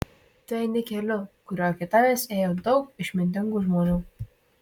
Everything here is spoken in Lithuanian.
tu eini keliu kuriuo iki tavęs ėjo daug išmintingų žmonių